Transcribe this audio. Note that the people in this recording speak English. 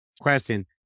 question